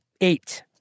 Eight